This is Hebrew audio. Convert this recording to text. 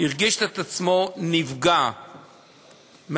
הרגיש את עצמו נפגע מהפרקליט,